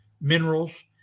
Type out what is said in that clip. minerals